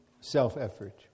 Self-effort